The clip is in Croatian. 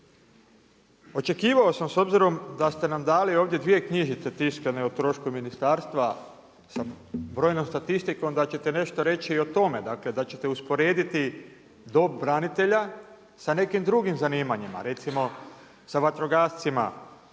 Očekivao sam s obzirom da ste nam dali ovdje 2 knjižice tiskane u trošku ministarstva, sa brojnom statistikom, da ćete nešto reći i o tome, dakle, da ćete usporediti, dob branitelja, sa nekim drugim zanimanjima. Recimo, sa vatrogascima,